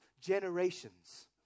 generations